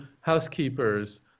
housekeepers